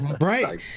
Right